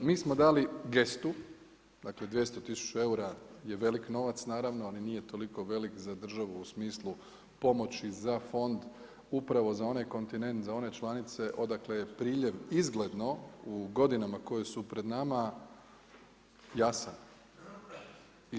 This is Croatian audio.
Mi smo dali gestu, dakle 200 tisuća eura je veliki novac naravno, ali nije toliko velik za državu u smislu pomoći za fond upravo za onaj kontinent, za one članice odakle je priljev izgledno u godinama koje su pred nama jasan.